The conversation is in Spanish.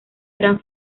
eran